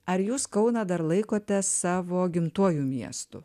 ar jūs kauną dar laikote savo gimtuoju miestu